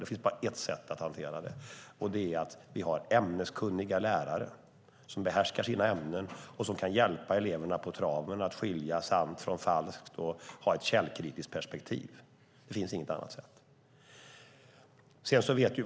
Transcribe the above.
Det finns bara ett sätt att hantera det, och det är att ha ämneskunniga lärare som behärskar sina ämnen och som kan hjälpa eleverna att skilja sant från falskt och ha ett källkritiskt perspektiv. Det finns inget annat sätt.